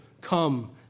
come